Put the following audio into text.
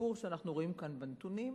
ושיפור שאנחנו רואים בנתונים.